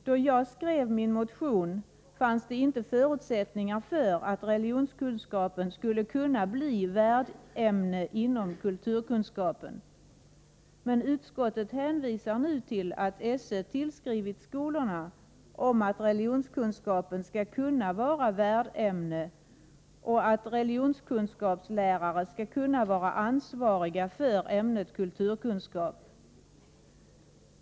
Då jag skrev min motion fanns det inte förutsättningar för att religionskunskapen skulle kunna bli värdämne inom kulturkunskapen. Utskottet hänvisar nu till att SÖ tillskrivit skolorna om att religionskunskapen skall kunna vara värdämne och att religionskunskapslärare skall kunna vara ansvariga för ämnet kulturkunskap.